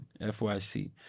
FYC